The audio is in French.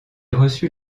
reçut